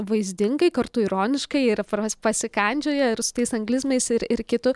vaizdingai kartu ironiškai ir fraz pasikandžioja ir su tais anglizmais ir ir kitu